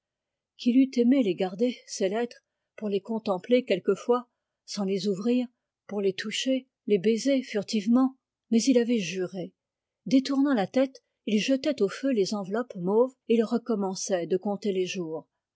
qu'il eût aimé les garder ces lettres les contempler quelquefois sans les ouvrir les toucher les baiser furtivement mais il avait juré détournant la tête il jetait au feu les enveloppes mauves et il recommençait de compter les jours